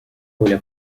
коля